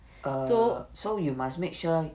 err so you must make sure